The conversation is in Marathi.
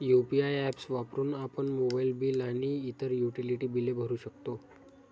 यु.पी.आय ऍप्स वापरून आपण मोबाइल बिल आणि इतर युटिलिटी बिले भरू शकतो